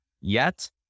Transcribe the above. Yet-